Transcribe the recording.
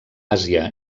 àsia